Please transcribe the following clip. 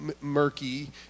murky